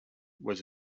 was